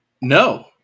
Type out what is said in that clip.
No